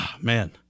man